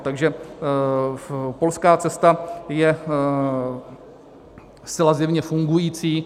Takže polská cesta je zcela zjevně fungující.